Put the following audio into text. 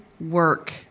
work